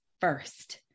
first